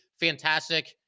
fantastic